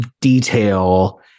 detail